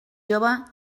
jove